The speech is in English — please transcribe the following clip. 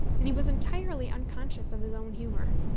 and he was entirely unconscious of his own humour.